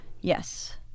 Yes